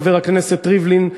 חבר הכנסת ריבלין,